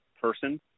person